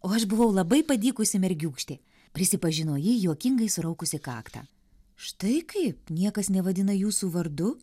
o aš buvau labai padykusi mergiūkštė prisipažino ji juokingai suraukusi kaktą štai kaip niekas nevadina jūsų vardu